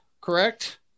correct